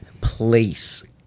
place